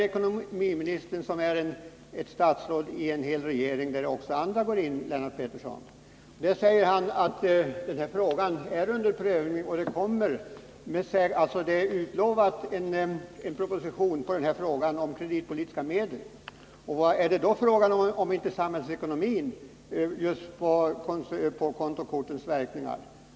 Ekonomiministern har också utlovat en proposition kring frågan om kreditpolitiska medel. Den kommer såvitt jag förstår att behandla frågan hur kreditkorten påverkar kapitalmarknaden och de samhällsekonomiska konsekvenserna.